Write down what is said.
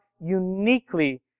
uniquely